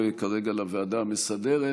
שתקבע הוועדה המסדרת